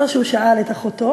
לא שהוא שאל את אחותו,